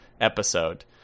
episode